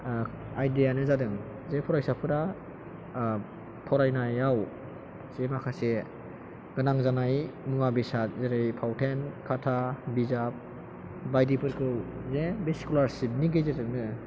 idea आनो जादों जे फरायसाफोरा फरायनायाव जे माखासे गोनां जानाय मुवा बेसाद जेरै फावथेन खाथा बिजाब बायदिफोरखौ माने बे स्क'लारशिप नि गेजेरजोंनो